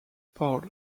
paul